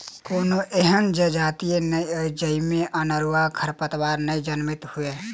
कोनो एहन जजाति नै अछि जाहि मे अनेरूआ खरपात नै जनमैत हुए